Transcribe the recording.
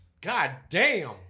goddamn